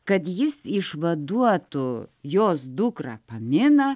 kad jis išvaduotų jos dukrą paminą